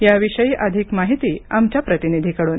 याविषयी अधिक माहिती आमच्या प्रतिनिधीकडून